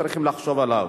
צריכים לחשוב עליו.